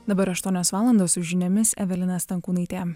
dabar aštuonios valandos su žiniomis evelina stankūnaitė